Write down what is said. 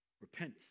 Repent